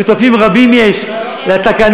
שותפים רבים יש לתקנות,